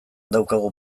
daukagu